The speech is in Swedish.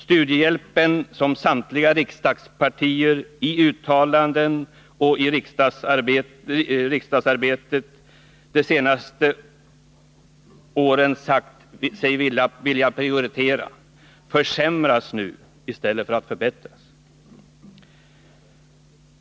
Studiehjälpen, som samtliga riksdagspartier i uttalanden och i riksdagsarbetet de senaste åren sagt sig vilja prioritera, försämras nu i stället för att förbättras.